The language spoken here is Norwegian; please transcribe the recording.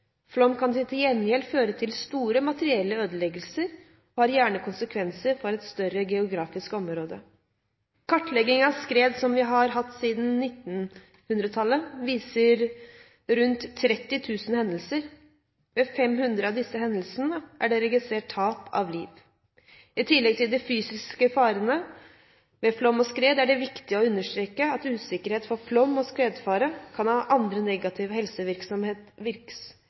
Flom kan til gjengjeld føre til store materielle ødeleggelser og har gjerne konsekvenser for et større geografisk område. Kartleggingen av skred som vi har hatt siden 1900-tallet, viser rundt 30 000 hendelser. Ved 500 av disse hendelsene er det registrert tap av liv. I tillegg til de fysiske farene ved flom og skred er det viktig å understreke at usikkerhet for flom- og skredfare kan ha andre negative